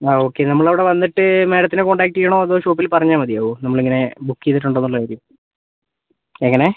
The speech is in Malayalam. ആ ഓക്കെ നമ്മൾ അവിടെ വന്നിട്ട് മാഡത്തിനെ കോൺടാക്ട് ചെയ്യണോ അതോ ഷോപ്പിൽ പറഞ്ഞാൽ മതിയാവുമോ നമ്മളിങ്ങനെ ബുക്ക് ചെയ്തിട്ടുണ്ടെന്നുള്ള കാര്യം എങ്ങനെ